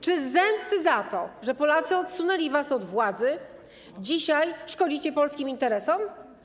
Czy z zemsty za to, że Polacy odsunęli was od władzy, dzisiaj szkodzicie polskim interesom?